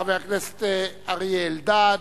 חבר הכנסת אריה אלדד,